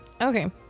Okay